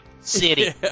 City